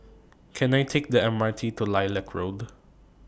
Can I Take The M R T to Lilac Road